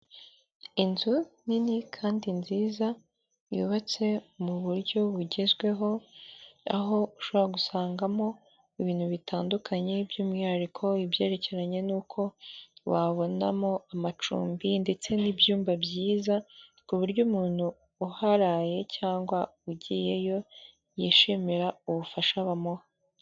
Inzu nini kandi nziza yubatse mu buryo bugezweho aho ushaka gusangamo ibintu bitandukanye by'umwihariko ibyerekeranye nuko wabonamo amacumbi ndetse n'ibyumba byiza ku buryo umuntu uharaye cyangwa ugiyeyo yishimira ubufasha bamuha.